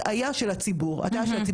הטעיה של חברות הסיעוד בפרט,